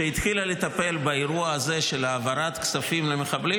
שהתחילה לטפל באירוע הזה של העברת כספים למחבלים,